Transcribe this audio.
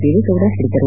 ದೇವೇಗೌಡ ಹೇಳಿದರು